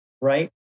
right